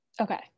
okay